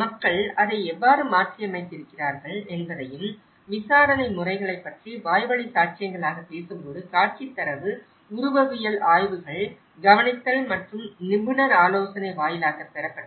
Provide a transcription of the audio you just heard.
மக்கள் அதை எவ்வாறு மாற்றியமைத்திருக்கிறார்கள் என்பதையும் விசாரணை முறைகளைப் பற்றி வாய்வழி சாட்சியங்களாகப் பேசும்போது காட்சித் தரவு உருவவியல் ஆய்வுகள் கவனித்தல் மற்றும் நிபுணர் ஆலோசனை வாயிலாக பெறப்பட்டது